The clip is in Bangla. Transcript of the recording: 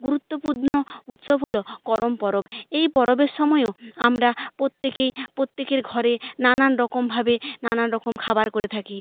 গুরুত্ব পূরণো উৎসব হলো করম পরব এই পরবের সময়ও আমরা প্রত্যেকেই পত্যেকের ঘরে নানান রকমভাবে নানান রকম খাবার করে থাকি